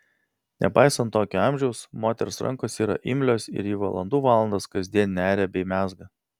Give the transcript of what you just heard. nepaisant tokio amžiaus moters rankos yra imlios ir ji valandų valandas kasdien neria bei mezga